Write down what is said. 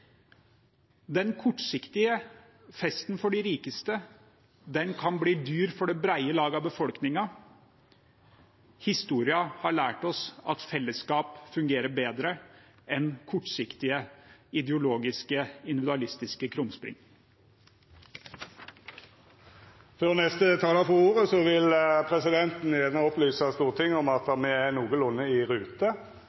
Den kortsiktige festen for de rikeste kan bli dyr for det brede lag av befolkningen. Historien har lært oss at fellesskap fungerer bedre enn kortsiktige, ideologiske og individualistiske krumspring. Før neste talar får ordet, vil presidenten gjerne opplysa Stortinget om at